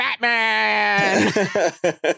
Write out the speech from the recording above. Batman